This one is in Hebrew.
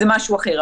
זה משהו אחר,